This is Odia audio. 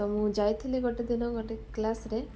ତ ମୁଁ ଯାଇଥିଲି ଗୋଟେ ଦିନ ଗୋଟେ କ୍ଲାସରେ